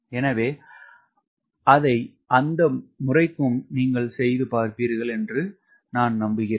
எனவே அதை அந்த முறைக்கும் நீங்கள் செய்து பார்ப்பீர்கள் என்று நான் நம்புகிறேன்